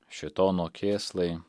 šėtono kėslai